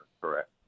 correct